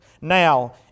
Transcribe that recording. Now